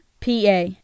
PA